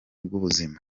bw’ubuzima